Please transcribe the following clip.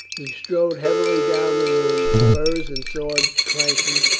he strode heavily down the room, spurs and sword clanking,